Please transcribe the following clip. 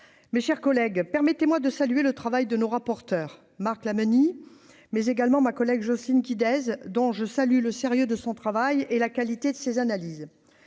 mes chers collègues permettez-moi de saluer le travail de nos rapporteurs Marc Laménie mais également ma collègue Jocelyne qui Days, dont je salue le sérieux de son travail et la qualité de ses analyses,